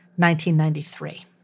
1993